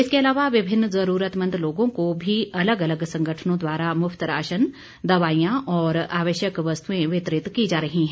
इसके अलावा विभिन्न जरूरतमंद लोगों को भी अलग अलग संगठनों द्वारा मुफ्त राशन दवाईयां और आवश्यक वस्तुएं वितरित की जा रही हैं